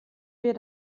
wir